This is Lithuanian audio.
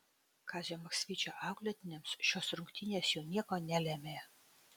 kazio maksvyčio auklėtiniams šios rungtynės jau nieko nelėmė